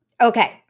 Okay